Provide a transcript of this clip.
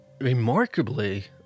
remarkably